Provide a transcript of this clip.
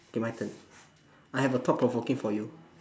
okay my turn I have a thought provoking for you